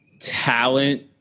talent